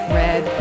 red